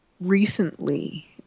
recently